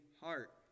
heart